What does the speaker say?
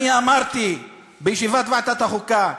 אני אמרתי בישיבת ועדת החוקה: